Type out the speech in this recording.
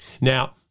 Now